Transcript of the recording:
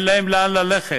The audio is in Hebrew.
אין להם לאן ללכת,